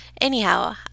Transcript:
Anyhow